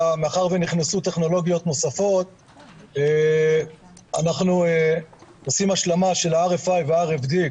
מאחר ונכנסו טכנולוגיות נוספות אנחנו עושים השלמה של ה- RFI וה-RFD,